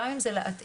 גם אם זה להתאים,